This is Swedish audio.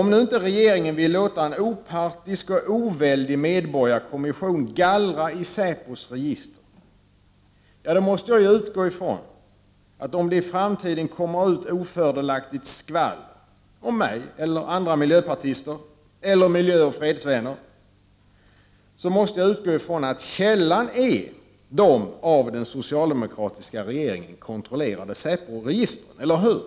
Om nu inte regeringen vill låta en opartisk och oväldig medborgarkommission gallra i säpos register, måste jag ju utgå ifrån, att om det i framtiden kommer ut ofördelaktigt skvaller om mig eller andra miljöpartister eller miljöoch fredsvänner, är källan de av den socialdemokratiska regeringen kontrollerade säporegistren. Eller hur?